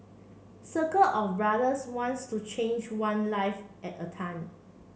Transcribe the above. circle of brothers wants to change one life at a time